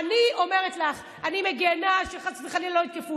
שאף אחד לא ייפגע,